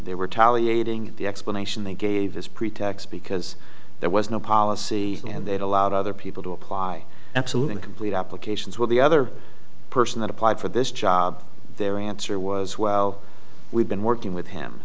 they were tally aiding the explanation they gave as pretext because there was no policy and that allowed other people to apply absolute and complete applications with the other person that applied for this job their answer was well we've been working with him